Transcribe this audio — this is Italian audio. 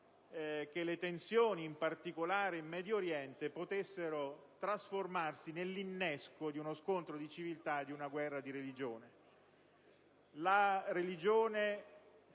che le tensioni, in particolare in Medio Oriente, potessero trasformarsi nell'innesco di uno scontro di civiltà e di una guerra di religione. La religione